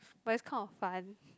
but it's kind of fun